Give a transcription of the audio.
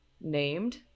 named